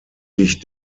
sich